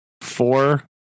four